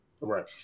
right